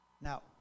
Now